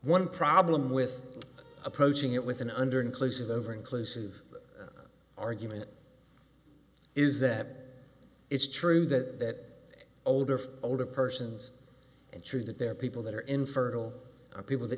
one problem with approaching it with an under inclusive over inclusive argument is that it's true that older for older persons and true that there are people that are infertile people t